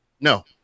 No